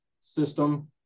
system